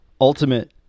Ultimate